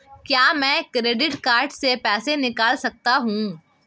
क्या मैं credit card से पैसे निकाल सकता हूँ?